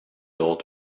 old